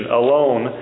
alone